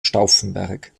stauffenberg